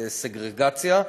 סגרגציה.